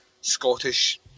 Scottish